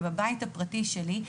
ובבית הפרטי שלי,